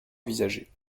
envisagé